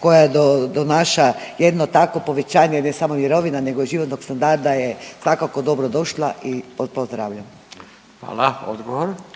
koja donaša jedno takvo povećanje ne smo mirovina nego i životnog standarda je svakako dobro došla i to pozdravljam. **Radin, Furio (Nezavisni)** Hvala. Odgovor. **Piletić, Marin (HDZ)**